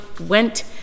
went